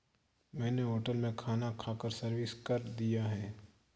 मैंने होटल में खाना खाकर सर्विस कर दिया है